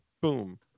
boom